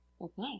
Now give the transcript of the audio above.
Okay